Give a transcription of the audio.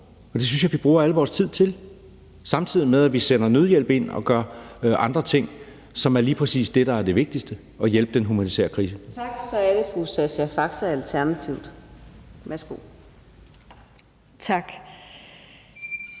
Det synes jeg vi bruger al vores tid til, samtidig med at vi sender nødhjælp ind og gør andre ting, som er lige præcis det, der er det vigtigste, nemlig at afhjælpe den humanitære krise. Kl. 12:25 Fjerde næstformand (Karina Adsbøl): Tak.